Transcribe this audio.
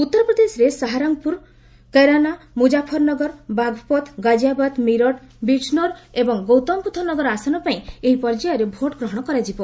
ଉତ୍ତରପ୍ରଦେଶରେ ସାହରଙ୍ଗପୁର୍ କେରାନା ମୁଜାଫରନଗର ବାଘପଥ୍ ଗାଜିଆବାଦ୍ ମିରଟ୍ ବିଜ୍ନୋର୍ ଏବଂ ଗୌତମବୁଦ୍ଧ ନଗର ଆସନ ପାଇଁ ଏହି ପର୍ଯ୍ୟାୟରେ ଭୋଟ୍ ଗ୍ରହଣ କରାଯିବ